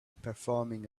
performing